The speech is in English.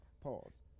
Pause